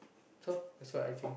so that's what I think